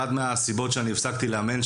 אחת מהסיבות שהפסקתי לאמן,